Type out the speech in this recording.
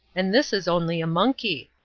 and this is only a monkey!